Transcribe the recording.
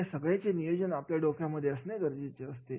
या सगळ्याचे नियोजन आपल्या डोक्यामध्ये असणे गरजेचे असते